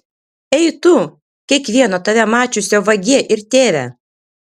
ei tu kiekvieno tave mačiusio vagie ir tėve